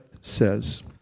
says